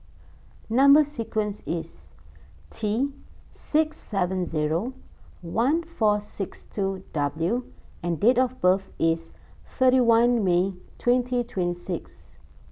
Number Sequence is T six seven zero one four six two W and date of birth is thirty one May twenty twenty six